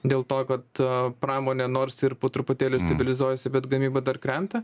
dėl to kad pramonė nors ir po truputėlį stabilizuojasi bet gamyba dar krenta